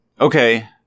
Okay